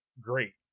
great